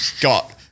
got-